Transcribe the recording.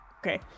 Okay